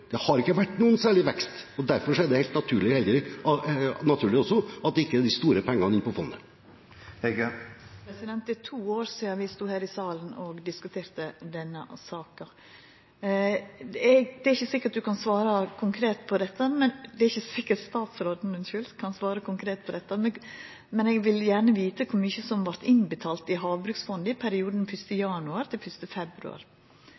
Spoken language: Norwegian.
Det har ikke vært noen særlig vekst, og derfor er det også helt naturlig at det ikke er de store pengene inne på fondet. Det er to år sidan vi stod her i salen og diskuterte denne saka. Det er ikkje sikkert statsråden kan svara konkret på dette, men eg vil gjerne vita kor mykje som vart innbetalt til havbruksfondet i perioden